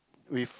with